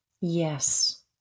Yes